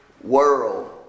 world